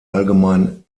allgemein